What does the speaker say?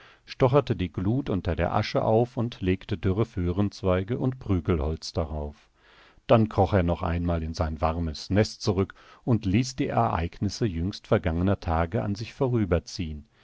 stocherte die glut unter der asche auf und legte dürre föhrenzweige und prügelholz darauf dann kroch er noch einmal in sein warmes nest zurück und ließ die ereignisse jüngst vergangener tage an sich